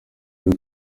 uri